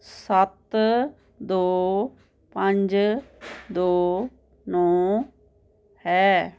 ਸੱਤ ਦੋ ਪੰਜ ਦੋ ਨੌਂ ਹੈ